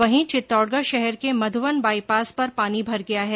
वहीं चित्तौडगढ़ शहर के मधुवन बाईपास पर पानी भर गया है